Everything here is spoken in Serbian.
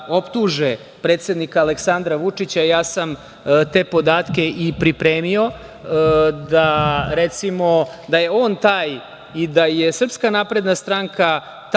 da optuže predsednika Aleksandra Vučića. Ja sam te podatke i pripremio. Recimo, da je on taj i da je SNS ta koja